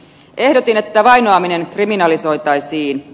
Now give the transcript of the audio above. ehdotin että vainoaminen kriminalisoitaisiin